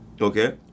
Okay